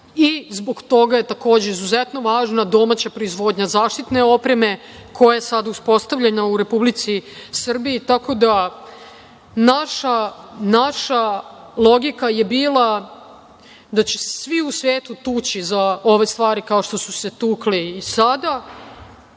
I zbog toga je takođe izuzetno važna domaća proizvodnja zaštitne opreme, koja je sada uspostavljena u Republici Srbiji. Naša logika je bila da će se svi u svetu tući za ove stvari, kao što su se tukli i sada,